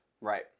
Right